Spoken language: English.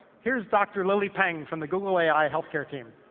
here's dr. lily peng from the google ai health care team.